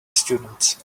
students